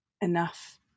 enough